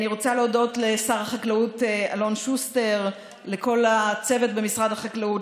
אני רוצה להודות לשר החקלאות אלון שוסטר ולכל הצוות במשרד החקלאות,